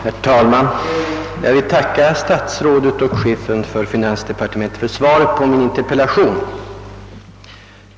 Herr talman! Jag vill tacka statsrådet och chefen för finansdepartementet för svaret på min interpellation.